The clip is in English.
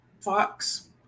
Fox